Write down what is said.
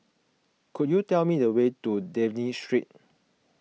could you tell me the way to Dafne Street